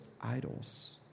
idols